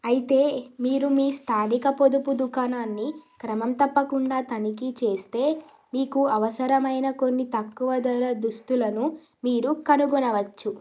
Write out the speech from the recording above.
అయితే మీరు మీ స్థానిక పొదుపు దుకాణాన్ని క్రమం తప్పకుండా తనిఖీ చేస్తే మీకు అవసరమైన కొన్ని తక్కువ ధర దుస్తులను మీరు కనుగొనవచ్చు